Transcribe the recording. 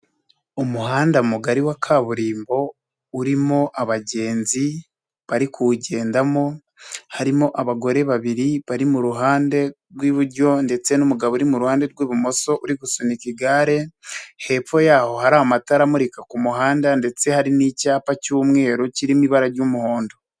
Umuhanda mugari wa kaburimbo urimo abagenzi barikuwugendamo harimo abagore babiri bari mu ruhande rw'iburyo ndetse n'umugabo uri mu ruhande rw'ibumoso uri gusunika igare, hepfo yaho hari amatara amurika ku muhanda ndetse hari n'icyapa cy'umweru kirimo ibara ry'umuhondo.